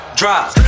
drive